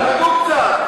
תתנצל, תתנצל.